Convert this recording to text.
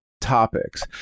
topics